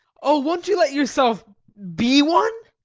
oh, won't you let yourself be one?